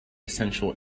essential